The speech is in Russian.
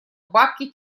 бабки